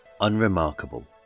unremarkable